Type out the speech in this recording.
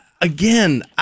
again